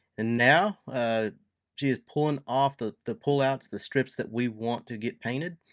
and now ah she is pulling off the the pull-outs, the strips that we want to get painted.